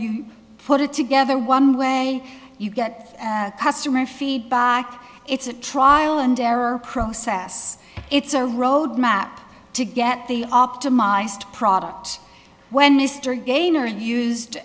you put it together one way you get customer feedback it's a trial and error process it's a roadmap to get the optimized product when mr gainor used